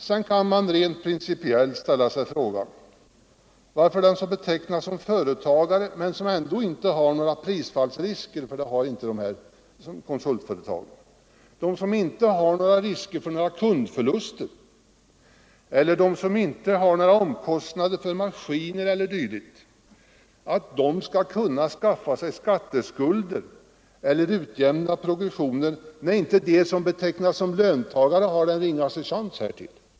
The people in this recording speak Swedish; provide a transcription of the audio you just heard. Sedan kan man rent principiellt ställa frågan: Varför skall den som betecknas som företagare men som ändå inte löper några risker för prisfall — och det gör inte konsultföretagen — eller risker för kundförluster och som inte har några omkostnader för maskiner o. d. kunna skaffa sig skatteskulder eller utjämna progressionen, när de som betecknas som löntagare inte har den ringaste chans härtill?